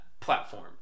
platform